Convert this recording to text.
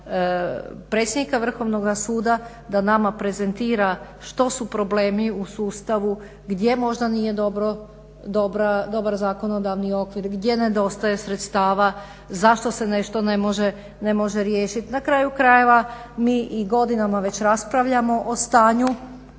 predsjednika Vrhovnog suda da nama prezentira što su problemi u sustavu, gdje možda nije dobar zakonodavni okvir, gdje nedostaje sredstava zašto se nešto ne može riješiti. Na kraju krajeve mi i godinama već raspravljam o stanju